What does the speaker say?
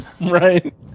Right